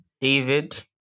David